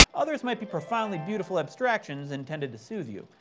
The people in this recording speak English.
others might be profoundly beautiful abstractions, intended to soothe you.